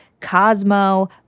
Cosmo